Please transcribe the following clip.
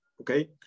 okay